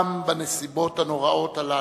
גם בנסיבות הנוראות הללו.